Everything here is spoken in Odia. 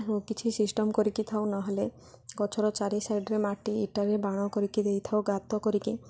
କିଛି ସିଷ୍ଟମ୍ କରିକି ଥାଉ ନହେଲେ ଗଛର ଚାରି ସାଇଡ଼୍ରେ ମାଟି ଇଟାରେ ବାଡ଼ କରିକି ଦେଇଥାଉ ଗାତ କରିକି